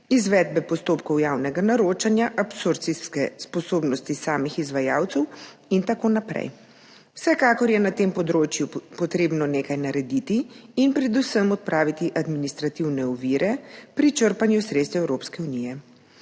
izvedbe postopkov javnega naročanja, absorpcijske sposobnosti samih izvajalcev in tako naprej. Vsekakor je na tem področju potrebno nekaj narediti in predvsem odpraviti administrativne ovire pri črpanju sredstev Evropske unije.